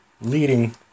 leading